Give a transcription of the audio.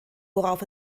worauf